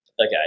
Okay